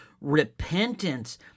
repentance